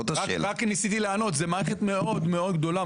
ניסיתי לומר שזו מערכת מאוד-מאוד גדולה,